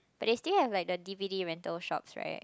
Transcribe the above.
but there still have like the d_v_d rental shops right